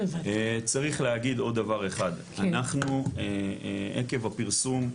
צריך להגיד עוד דבר אחד, אנחנו עקב הפרסום,